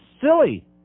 silly